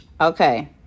Okay